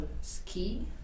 ski